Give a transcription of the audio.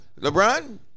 LeBron